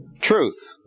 truth